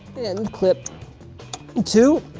and clip two,